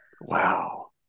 Wow